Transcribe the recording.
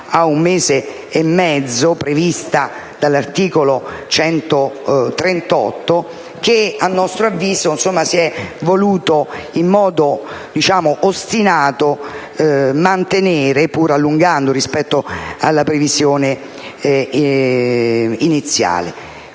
ad un mese e mezzo prevista dall'articolo 138 che, a nostro avviso, si è voluto in modo ostinato mantenere, pur allungando i tempi rispetto alla previsione iniziale.